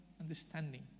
understanding